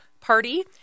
Party